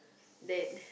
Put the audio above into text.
that